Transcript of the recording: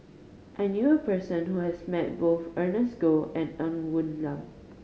I knew a person who has met both Ernest Goh and Ng Woon Lam